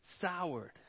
soured